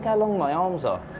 yeah long my arms are.